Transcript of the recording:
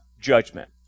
judgment